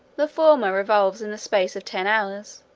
the former revolves in the space of ten hours,